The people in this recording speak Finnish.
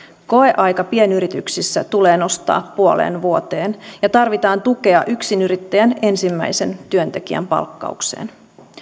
koeaika pienyrityksissä tulee nostaa puoleen vuoteen ja tarvitaan tukea yksinyrittäjän ensimmäisen työntekijän palkkaukseen